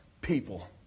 people